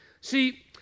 See